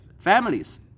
Families